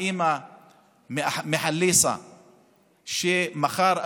אימא מחליסה מחר,